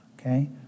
Okay